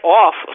off